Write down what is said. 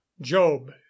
job